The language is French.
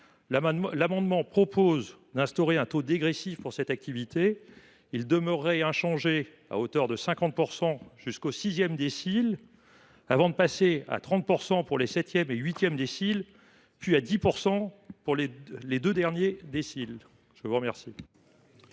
amendement tend à instaurer un taux dégressif pour cette activité. Il demeurerait inchangé à hauteur de 50 % jusqu’au sixième décile de revenu inclus, avant de passer à 30 % pour les septième et huitième déciles, puis à 10 % pour les deux derniers déciles. Quel